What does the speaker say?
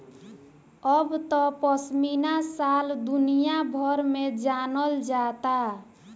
अब त पश्मीना शाल दुनिया भर में जानल जाता